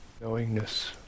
Knowingness